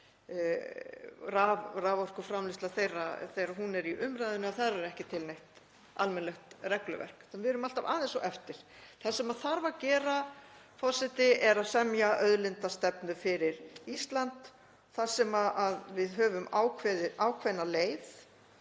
raforkuframleiðslu þeirra er í umræðunni, að þar er ekki til neitt almennilegt regluverk. Við erum alltaf aðeins á eftir. Það sem þarf að gera, forseti, er að semja auðlindastefnu fyrir Ísland þar sem við höfum ákveðna leið